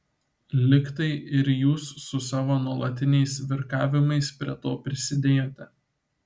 lyg tai ir jūs su savo nuolatiniais virkavimais prie to prisidėjote